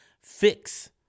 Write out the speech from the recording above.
fix